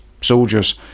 soldiers